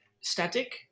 static